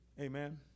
Amen